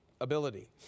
ability